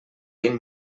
vint